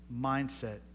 mindset